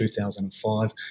2005